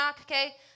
okay